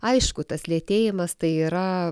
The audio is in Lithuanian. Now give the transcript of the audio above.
aišku tas lėtėjimas tai yra